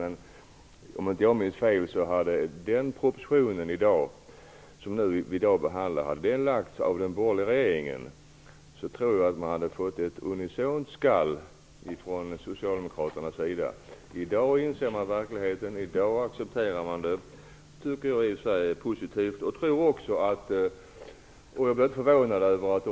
Men om den proposition som vi i dag behandlar hade lagts fram av den borgerliga regeringen tror jag att det hade kommit ett unisont skall från Socialdemokraternas sida. I dag inser man verkligheten. I dag accepterar man det. Det tycker jag i och för sig är positivt.